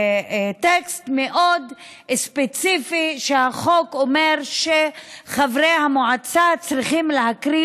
טקסט מאוד ספציפי שהחוק אומר שחברי המועצה צריכים להקריא.